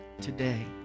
today